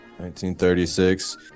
1936